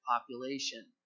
population